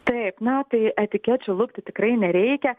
taip na tai etikečių lupti tikrai nereikia